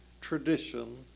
tradition